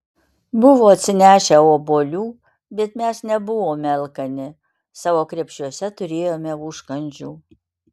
buvo atsinešę obuolių bet mes nebuvome alkani savo krepšiuose turėjome užkandžių